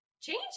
change